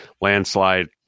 landslide